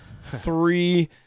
Three